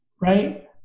right